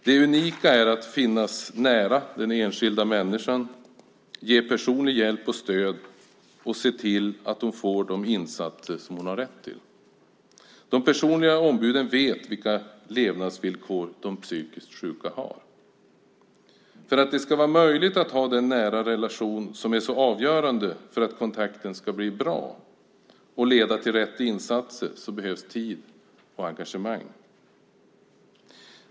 Det unika är att de finns nära den enskilda människan, ger personlig hjälp och stöd och ser till att hon får de insatser som hon har rätt till. De personliga ombuden vet vilka levnadsvillkor de psykiskt sjuka har. För att det ska vara möjligt att ha den nära relation som är så avgörande för att kontakten ska bli bra och leda till rätt insatser behövs tid och engagemang.